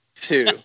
two